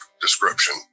description